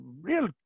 real